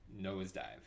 nosedive